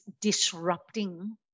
disrupting